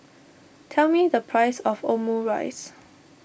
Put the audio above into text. tell me the price of Omurice